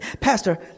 Pastor